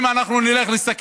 אם אנחנו נסתכל,